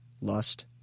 lust